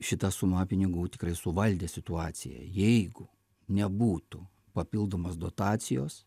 šita suma pinigų tikrai suvaldė situaciją jeigu nebūtų papildomos dotacijos